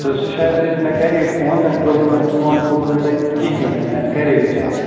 تُہۍ ٲسِو شاید بِزی مےٚ کَرے فون تۄہہِ کوٚرُو نہٕ فون تُلُو نہٕ تۄہہِ کِہیٖنۍ تِنہٕ اَسہِ کَرے فون